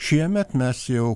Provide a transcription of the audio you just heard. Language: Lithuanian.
šiemet mes jau